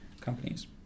companies